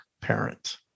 parent